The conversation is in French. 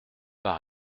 par